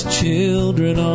children